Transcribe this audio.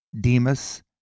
Demas